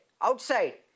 outside